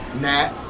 Nat